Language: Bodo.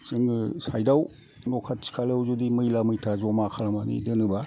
जोङो साइथ आव न' खाथि खालायाव जुदि मैला मैथा जमा खालामनानै दोनोबा